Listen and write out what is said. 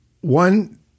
one